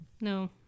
No